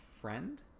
friend